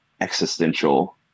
existential